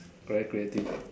very creative